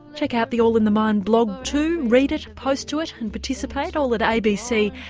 check out the all in the mind blog too read it, post to it and participate, all at abc.